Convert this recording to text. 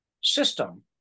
system